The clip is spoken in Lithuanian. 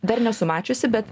dar nesu mačiusi bet